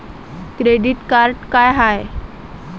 Credit card का हाय?